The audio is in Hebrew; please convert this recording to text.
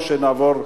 או שנעבור,